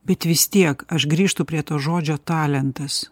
bet vis tiek aš grįžtu prie to žodžio talentas